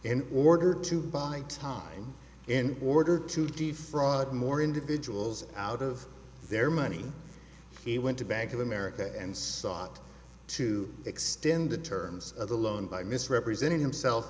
in order to buy time in order to de fraud more individuals out of their money he went to bank of america and sought to extend the terms of the loan by misrepresenting himself